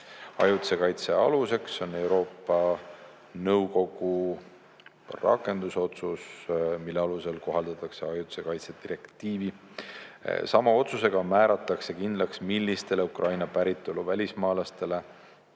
Ajutise kaitse aluseks on Euroopa Nõukogu rakendusotsus, mille alusel kohaldatakse ajutise kaitse direktiivi. Sama otsusega määratakse kindlaks, millistele Ukraina päritolu välismaalastele